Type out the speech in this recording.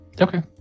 Okay